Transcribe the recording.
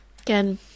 Again